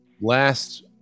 last